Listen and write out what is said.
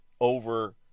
over